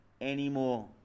anymore